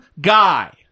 guy